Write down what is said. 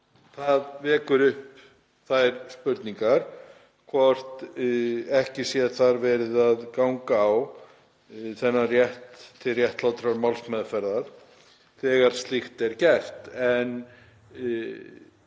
Það vekur upp þær spurningar hvort ekki sé verið að ganga á þennan rétt til réttlátrar málsmeðferðar þegar slíkt er gert. En